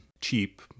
cheap